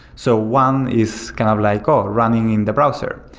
so one is kind of like ah running in the browser.